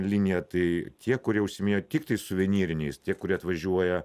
linija tai tie kurie užsiėminėjo tiktai suvenyriniais tie kurie atvažiuoja